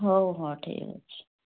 ହଉ ହଁ ଠିକ୍ ଅଛି